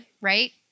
Right